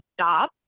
stop